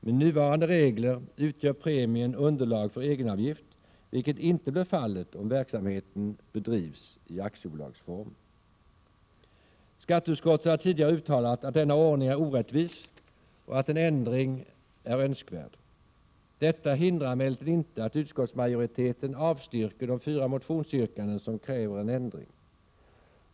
Med nuvarande regler utgör premien underlag för egenavgift, vilket inte blir fallet om verksamheten bedrivs i aktiebolagsform. Skatteutskottet har tidigare uttalat att denna ordning är orättvis och att en ändring är önskvärd. Detta hindrar emellertid inte att utskottsmajoriteten avstyrker de fyra motionsyrkanden i vilka det krävs en ändring.